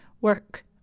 work